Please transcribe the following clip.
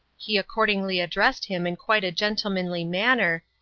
he accordingly addressed him in quite a gentlemanly manner,